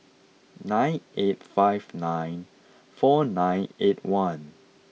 nine eight five nine four nine eight one